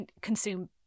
consume